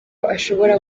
ashobora